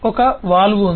ఒక వాల్వ్ ఉంది